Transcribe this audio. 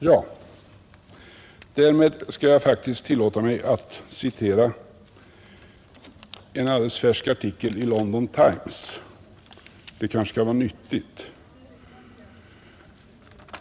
Ja, därmed skall jag faktiskt tillåta mig att citera en alldeles färsk artikel i London Times. Det kanske kan vara nyttigt.